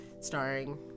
starring